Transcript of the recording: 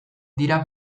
dira